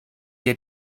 dir